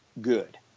good